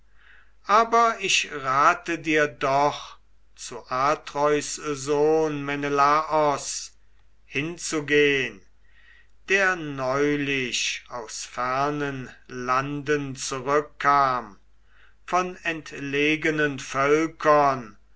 aber ich rate dir doch zu atreus sohn menelaos hinzugehn der neulich aus fernen landen zurückkam von entlegenen völkern